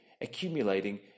accumulating